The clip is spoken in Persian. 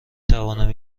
توانم